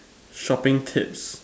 shopping tips